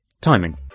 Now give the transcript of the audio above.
Timing